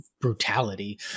Brutality